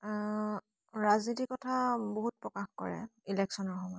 আ ৰাজনীতিৰ কথা বহুত প্ৰকাশ কৰে ইলেকশ্যনৰ সময়ত